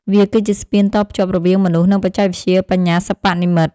វាគឺជាស្ពានតភ្ជាប់រវាងមនុស្ស និងបច្ចេកវិទ្យាបញ្ញាសិប្បនិម្មិត។